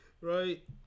Right